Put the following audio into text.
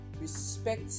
respect